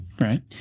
right